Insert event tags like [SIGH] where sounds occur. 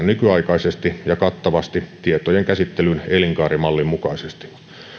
[UNINTELLIGIBLE] nykyaikaisesti ja kattavasti tietojenkäsittelyn elinkaarimallin mukaisesti